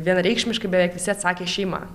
vienareikšmiškai beveik visi atsakė šeima